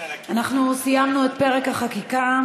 אנחנו סיימנו את פרק החקיקה.